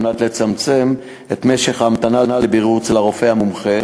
כדי לצמצם את משך ההמתנה לבירור אצל הרופא המומחה